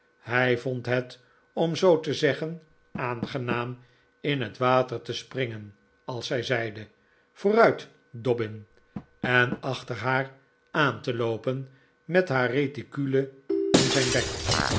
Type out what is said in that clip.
hij vond het om zoo te zeggen aangenaam in het water te springen als zijzeide vooruit dobbin en achter haar aan te loopen met haar reticule in zijn bek